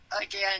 Again